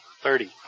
Thirty